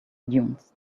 dunes